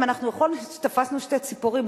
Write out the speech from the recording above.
אם בכל זאת תפסנו שתי ציפורים,